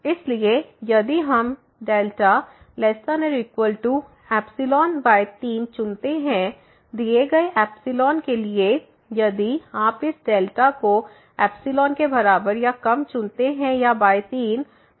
इसलिए यदि हम δ≤3चुनते हैं दिए गए के लिए यदि आप इस डेल्टा को के बराबर या कम चुनते हैं बटा 3